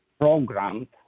program